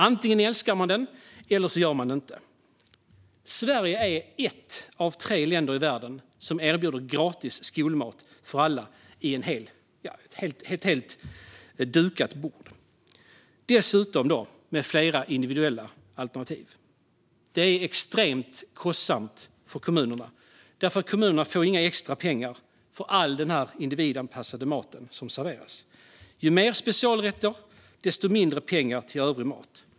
Antingen älskar man den eller så gör man det inte. Sverige är ett av tre länder i världen som erbjuder gratis skolmat för alla - det är ett dukat bord. Dessutom är det flera individuella alternativ. Det är extremt kostsamt för kommunerna, för kommunerna får inga extra pengar för all den individanpassade mat som serveras. Ju mer specialrätter, desto mindre pengar blir det till övrig mat.